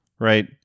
right